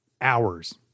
hours